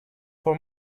for